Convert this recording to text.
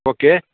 okay